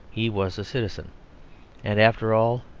he was a citizen and, after all,